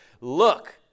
look